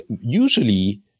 usually